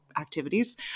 activities